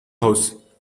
house